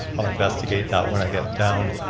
i'll investigate that when i get down.